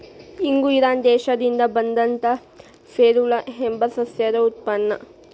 ಇಂಗು ಇರಾನ್ ದೇಶದಿಂದ ಬಂದಂತಾ ಫೆರುಲಾ ಎಂಬ ಸಸ್ಯದ ಉತ್ಪನ್ನ